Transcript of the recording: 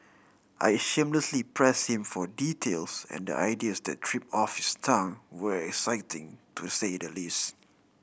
I shamelessly pressed him for details and the ideas that trip off his tongue were exciting to say the least